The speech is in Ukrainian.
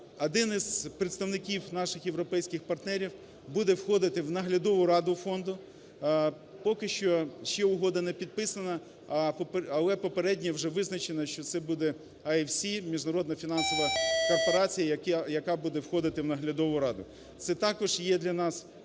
Один із представників наших європейських партнерів буде входити в Наглядову раду фонду, поки що ще угода не підписана, але попередньо вже визначено, що це буде IFC Міжнародна фінансова корпорація, яка буде входити в наглядову раду. Це також є для нас дуже